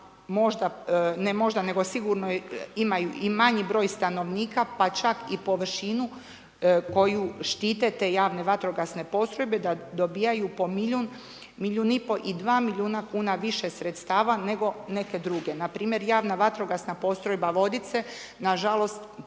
ne možda nego sigurno imaju i manji broj stanovnika pa čak i površinu koju štite te javne vatrogasne postrojbe da dobijaju milijun, milijun i po i dva milijuna kuna više sredstava nego neke druge, npr. Javna vatrogasna postrojba Vodice na žalost